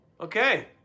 Okay